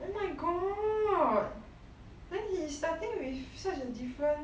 oh my god then he started with such a difference